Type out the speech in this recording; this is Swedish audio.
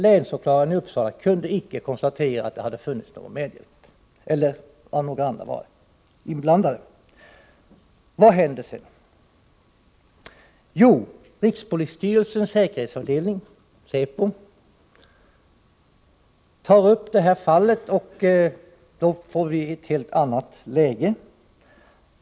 Länsåklagaren i Uppsala kunde icke konstatera att det hade funnits någon medhjälpare eller att några andra personer varit inblandade. Vad händer sedan? Jo, rikspolisstyrelsens säkerhetsavdelning, Säpo, tar upp fallet, och då får vi ett helt annat läge.